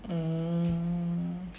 eh